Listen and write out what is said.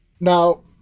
Now